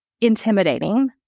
intimidating